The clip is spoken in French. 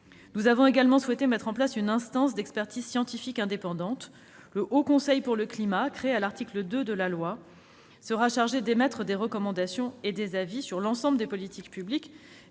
Nous avons également souhaité mettre en place une instance d'expertise scientifique indépendante. Le Haut Conseil pour le climat, créé à l'article 2 de la loi, sera chargé d'émettre des avis et recommandations sur l'ensemble des politiques publiques